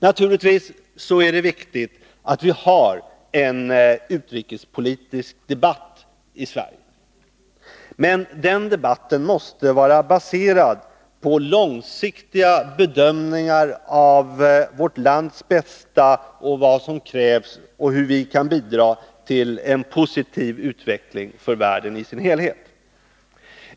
Det är självfallet viktigt att vi har en utrikespolitisk debatt i Sverige. Men den debatten måste vara baserad på långsiktiga bedömningar av vårt lands bästa, av vad som krävs och av hur vi kan bidra till en positiv utveckling för världen dess helhet.